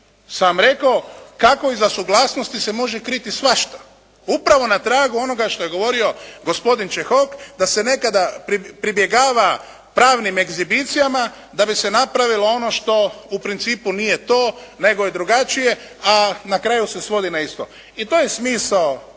sam rekao kako iza suglasnosti se može kriti svašta. Upravo na tragu onoga što je govorio gospodin Čehok da se nekada pribjegava pravnim egzibicijama da bi se napravilo ono što u principu nije to, nego je drugačije a na kraju se svodi na isto. I to e smisao